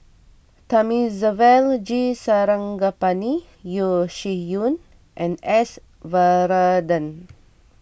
Thamizhavel G Sarangapani Yeo Shih Yun and S Varathan